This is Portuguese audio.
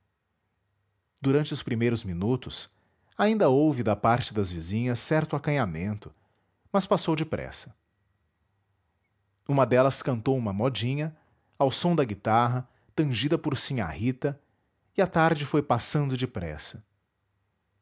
durante os primeiros minutos ainda houve da parte das vizinhas certo acanhamento mas passou depressa uma delas cantou uma modinha ao som da guitarra tangida por sinhá rita e a tarde foi passando depressa